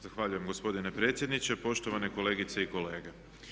Zahvaljujem gospodine predsjedniče, poštovane kolegice i kolege.